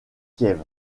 kiev